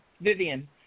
Vivian